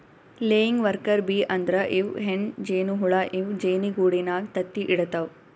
laying worker bee ಅಂದ್ರ ಇವ್ ಹೆಣ್ಣ್ ಜೇನಹುಳ ಇವ್ ಜೇನಿಗೂಡಿನಾಗ್ ತತ್ತಿ ಇಡತವ್